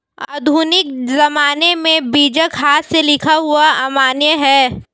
आधुनिक ज़माने में बीजक हाथ से लिखा हुआ अमान्य है